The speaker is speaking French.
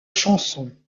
chanson